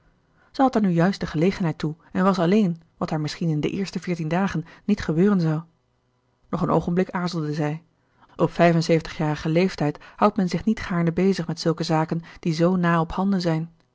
er nu juist de gelegenheid toe en was alleen wat haar misschien in de eerste veertien dagen niet gebeuren zou nog een oogenblik aarzelde zij op vijf en zeventig jarigen leeftijd houdt men zich niet gaarne bezig met zulke zaken die zoo na op handen zijn